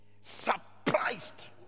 Surprised